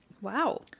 Wow